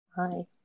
Hi